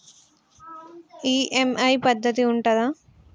EMI పద్ధతి ఉంటదా?